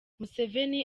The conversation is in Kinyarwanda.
museveni